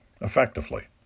effectively